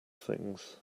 things